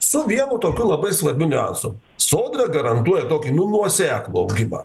su vienu tokiu labai svarbiu niuansu sodra garantuoja tokį nu nuoseklų augimą